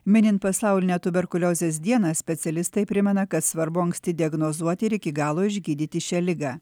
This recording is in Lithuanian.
minint pasaulinę tuberkuliozės dieną specialistai primena kad svarbu anksti diagnozuoti ir iki galo išgydyti šią ligą